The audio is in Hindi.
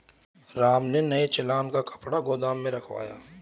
राम ने नए चालान का कपड़ा गोदाम में रखवाया